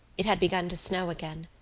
it had begun to snow again.